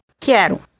Quero